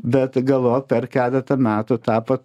bet galop per keletą metų tapo